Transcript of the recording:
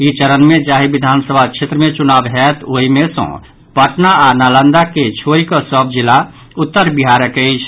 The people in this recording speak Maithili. ई चरण मे जाहि विधानसभा क्षेत्र मे चुनाव होयत ओहि मे सँ पटना आ नालंदा के छोड़ि कऽ सभ जिला उत्तर बिहारक अछि